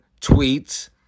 tweets